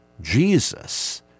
Jesus